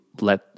let